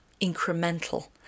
incremental